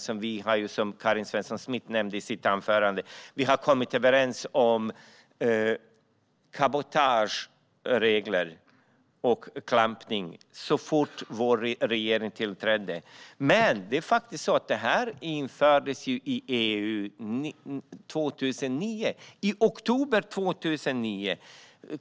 Som Karin Svensson Smith nämnde i sitt anförande fattade vi beslut om cabotageregler och regler om klampning så fort vår regering tillträdde. Men dessa regler togs fram i EU i oktober 2009.